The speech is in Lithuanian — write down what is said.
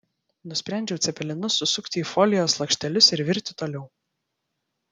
nusprendžiau cepelinus susukti į folijos lakštelius ir virti toliau